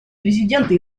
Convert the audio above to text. президента